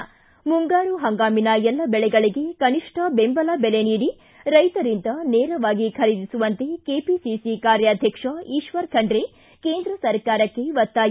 ಿ ಮುಂಗಾರು ಹಂಗಾಮಿನ ಎಲ್ಲ ಬೆಳೆಗಳಿಗೆ ಕನಿಷ್ಠ ಬೆಂಬಲ ಬೆಲೆ ನೀಡಿ ರೈತರಿಂದ ನೇರವಾಗಿ ಖರೀದಿಸುವಂತೆ ಕೆಪಿಸಿಸಿ ಕಾರ್ಯಾಧ್ವಕ್ಷ ಈಶ್ವರ ಖಂಡ್ರೆ ಕೇಂದ್ರ ಸರ್ಕಾರಕ್ಕೆ ಒತ್ತಾಯ